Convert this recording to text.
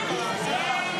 הוועדה,